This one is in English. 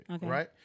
right